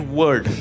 word